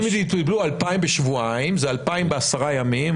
אם טיפלו ב-2,000 בשבועיים, זה 2,000 בעשרה ימים.